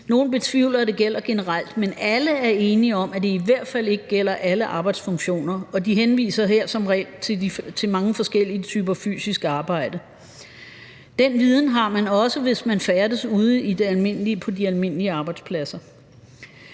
Nogle betvivler, at det gælder generelt, men alle er enige om, at det i hvert fald ikke gælder alle arbejdsfunktioner, og de henviser her som regel til mange forskellige typer fysisk arbejde. Den viden har man også, hvis man færdes ude på de almindelige arbejdspladser.